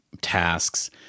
tasks